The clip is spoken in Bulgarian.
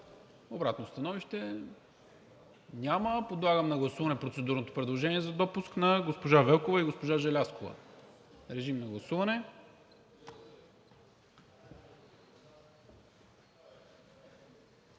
Обратно становище? Няма. Подлагам на гласуване процедурното предложение за допуск на госпожа Велкова и госпожа Желязкова. Гласували